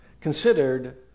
considered